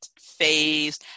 phase